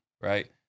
right